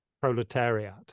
proletariat